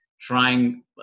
trying